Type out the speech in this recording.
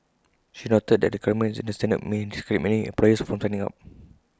she noted that the requirements in the standards may discourage many employers from signing up